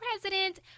president